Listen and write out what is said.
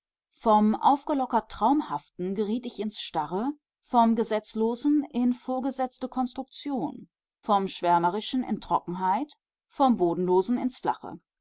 vom aufgelockert traumhaften geriet ich ins starre vom gesetzlosen in vorgesetzte konstruktion vom schwärmerischen in trockenheit vom bodenlosen ins flache